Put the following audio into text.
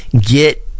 get